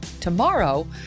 Tomorrow